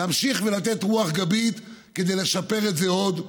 להמשיך ולתת רוח גבית כדי לשפר את זה עוד.